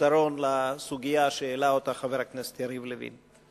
פתרון לסוגיה שהעלה חבר הכנסת יריב לוין.